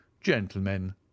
gentlemen